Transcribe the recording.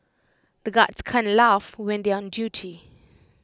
the guards can't laugh when they are on duty